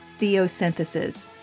Theosynthesis